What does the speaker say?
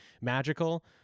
magical